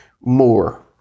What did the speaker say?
more